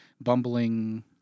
bumbling